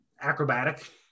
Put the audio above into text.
Acrobatic